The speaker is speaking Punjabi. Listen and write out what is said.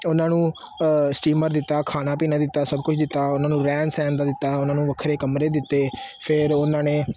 ਉਹਨਾਂ ਨੂੰ ਸਟੀਮਰ ਦਿੱਤਾ ਖਾਣਾ ਪੀਣਾ ਦਿੱਤਾ ਸਭ ਕੁਛ ਦਿੱਤਾ ਉਹਨਾਂ ਨੂੰ ਰਹਿਣ ਸਹਿਣ ਦਾ ਦਿੱਤਾ ਉਹਨਾਂ ਨੂੰ ਵੱਖਰੇ ਕਮਰੇ ਦਿੱਤੇ ਫਿਰ ਉਹਨਾਂ ਨੇ